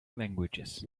languages